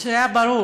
היה ברור